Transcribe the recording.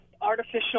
artificial